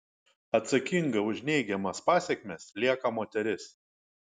atsakinga už neigiamas pasekmes lieka moteris